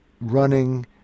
running